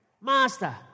Master